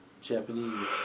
Japanese